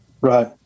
Right